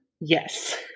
yes